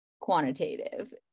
quantitative